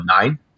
nine